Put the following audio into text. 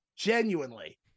genuinely